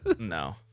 No